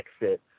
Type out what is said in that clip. exit